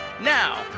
now